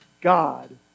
God